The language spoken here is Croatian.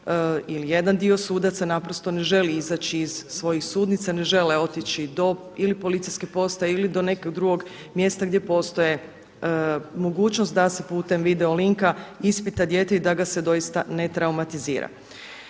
ili jedan dio sudaca naprosto ne želi izaći iz svojih sudnica, ne žele otići do ili policijske postaje ili do nekog drugog mjesta gdje postoje mogućnost da se putem video linka ispita dijete i da ga se doista ne traumatizira.